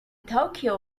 tokyo